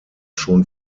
schon